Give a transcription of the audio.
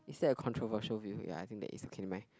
is that a controversial view ya I think that is okay never mind